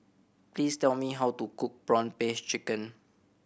please tell me how to cook prawn paste chicken